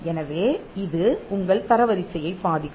எனவே இது உங்கள் தரவரிசையைப் பாதிக்கும்